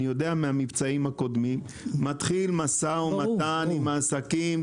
אני יודע מהמבצעים הקודמים - מתחיל משא ומתן עם העסקים,